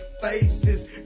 faces